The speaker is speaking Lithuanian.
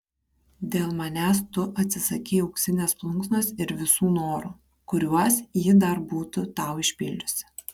dėl manęs tu atsisakei auksinės plunksnos ir visų norų kuriuos ji dar būtų tau išpildžiusi